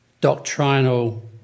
doctrinal